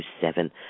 seven